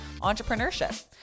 entrepreneurship